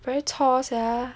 very chore sia